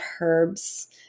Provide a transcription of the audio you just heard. herbs